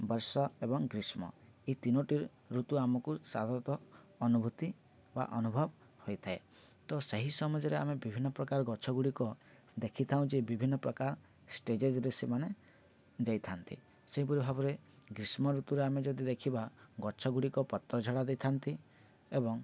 ବର୍ଷା ଏବଂ ଗ୍ରୀଷ୍ମ ଏଇ ତିନୋଟି ଋତୁ ଆମକୁ ସାଧାରଣତଃ ଅନୁଭୂତି ବା ଅନୁଭବ ହୋଇଥାଏ ତ ସେହି ସମୟରେ ଆମେ ବିଭିନ୍ନ ପ୍ରକାର ଗଛ ଗୁଡ଼ିକ ଦେଖିଥାଉ ଯେ ବିଭିନ୍ନ ପ୍ରକାର ଷ୍ଟେଜେଜରେ ସେମାନେ ଯାଇଥାନ୍ତି ସେହିପରି ଭାବରେ ଗ୍ରୀଷ୍ମ ଋତୁରେ ଆମେ ଯଦି ଦେଖିବା ଗଛଗୁଡ଼ିକ ପତ୍ର ଝଡ଼ା ଦେଇଥାନ୍ତି ଏବଂ